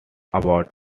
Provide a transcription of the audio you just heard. about